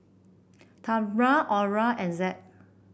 Tamra Orah and Zed